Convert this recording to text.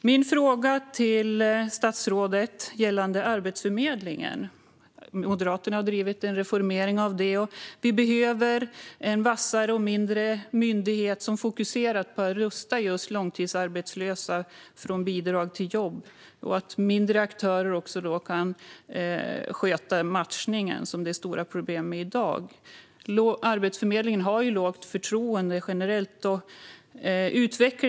Min fråga till statsrådet gäller Arbetsförmedlingen. Moderaterna har drivit frågan om en reformering. Vi behöver en vassare och mindre myndighet som fokuserar på att rusta just långtidsarbetslösa så att de kan gå från bidrag till jobb. Då kan mindre aktörer sköta matchningen, som det är stora problem med i dag. Arbetsförmedlingen har ett lågt förtroende generellt.